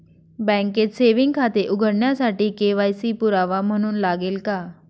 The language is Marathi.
बँकेत सेविंग खाते उघडण्यासाठी के.वाय.सी पुरावा म्हणून लागते का?